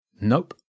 Nope